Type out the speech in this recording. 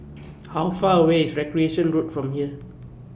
How Far away IS Recreation Road from here